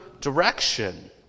direction